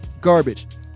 garbage